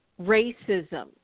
racism